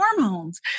hormones